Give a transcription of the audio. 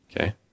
Okay